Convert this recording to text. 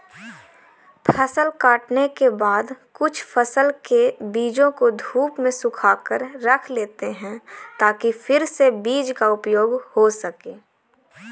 फसल काटने के बाद कुछ फसल के बीजों को धूप में सुखाकर रख लेते हैं ताकि फिर से बीज का उपयोग हो सकें